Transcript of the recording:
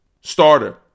Starter